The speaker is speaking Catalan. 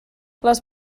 les